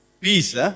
Peace